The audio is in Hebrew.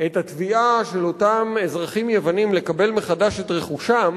את התביעה של אותם אזרחים יוונים לקבל מחדש את רכושם